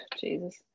Jesus